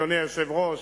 אדוני היושב-ראש,